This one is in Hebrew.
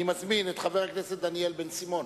אני מזמין את חבר הכנסת דניאל בן-סימון